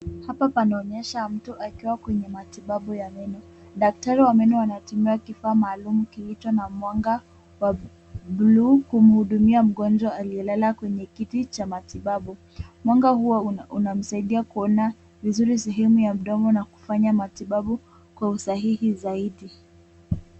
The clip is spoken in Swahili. Hapa panaonyesha mtu akiwa kwenye matibabu ya meno. Daktari wa meno anatumia kifaa maalum kilicho na mwanga wa bluu kumhudumia mgonjwa aliyelala kwenye kiti cha matibabu. Mwanga huo unamsaidia kuona vizuri sehemu ya mdomo na kufanya matibabu kwa usahihi zaidi.